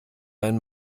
ein